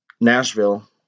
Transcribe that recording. Nashville